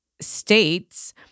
states